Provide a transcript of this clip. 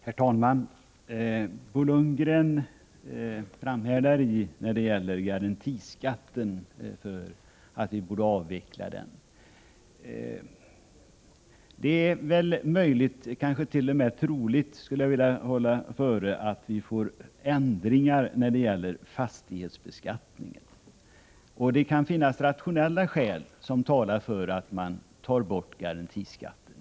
Herr talman! Bo Lundgren framhärdar när det gäller uppfattningen att vi borde avveckla garantiskatten. Jag skulle vilja hålla före att det är möjligt, kansket.o.m. troligt att vi får ändringar när det gäller fastighetsbeskattningen. Det kan finnas rationella skäl som talar för att vi skall ta bort garantiskatten.